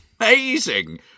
amazing